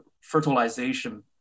fertilization